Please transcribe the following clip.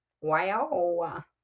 Wow